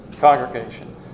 congregation